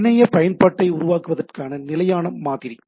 எனவே பிணைய பயன்பாட்டை உருவாக்குவதற்கான நிலையான மாதிரி